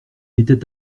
était